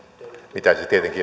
mitä se tietenkin onkin